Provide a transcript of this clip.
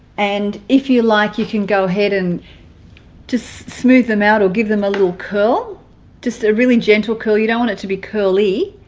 and if you like you can go ahead and just smooth them out or give them a little curl just a really gentle curl you don't want it to be curly